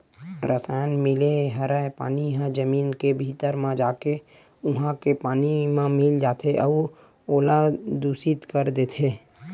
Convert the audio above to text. रसायन मिले हरय पानी ह जमीन के भीतरी म जाके उहा के पानी म मिल जाथे अउ ओला दुसित कर देथे